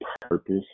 purpose